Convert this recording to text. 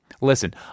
Listen